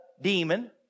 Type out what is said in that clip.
demon